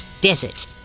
Desert